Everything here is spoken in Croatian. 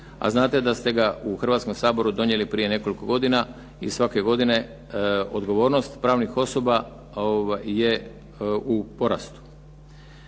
a znate da ste ga u Hrvatskom saboru donijeli prije nekoliko godina i svake godine odgovornost pravnih osoba je u porastu.